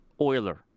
oiler